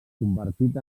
convertit